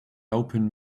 open